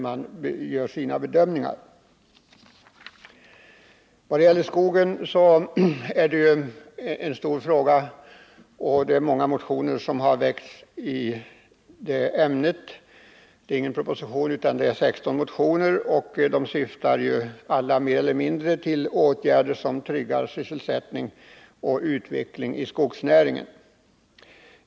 Skogsnäringen är en stor fråga, och många motioner har väckts i det ämnet. Det föreligger alltså ingen proposition, utan 16 motioner har ts, alla mer eller mindre syftande till åtgärder som tryggar utveckling inom skogsnäringen.